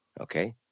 okay